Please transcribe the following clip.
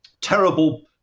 terrible